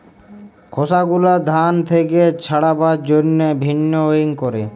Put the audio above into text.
খসা গুলা ধান থেক্যে ছাড়াবার জন্হে ভিন্নউইং ক্যরে